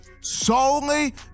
solely